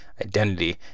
identity